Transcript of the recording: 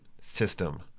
system